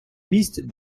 місць